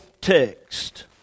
text